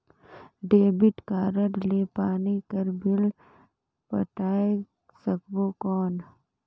Debit card ले पानी कर बिल पटाय सकबो कौन?